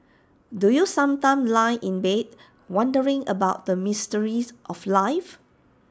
do you sometimes lie in bed wondering about the mysteries of life